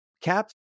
cap